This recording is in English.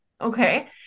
okay